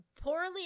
poorly